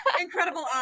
incredible